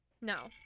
No